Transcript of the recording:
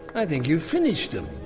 i think you've finished them.